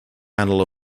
handle